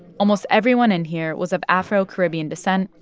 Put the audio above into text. almost everyone in here was of afro-caribbean descent,